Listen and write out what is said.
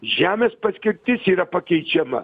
žemės paskirtis yra pakeičiama